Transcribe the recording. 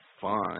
fun